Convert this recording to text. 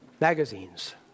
Magazines